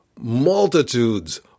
multitudes